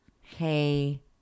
Hey